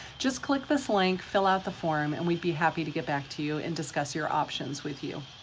just click this link, fill out the form, and we'd be happy to get back to you and discuss your options with you.